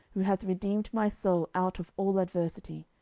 who hath redeemed my soul out of all adversity,